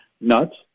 nuts